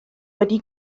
wedi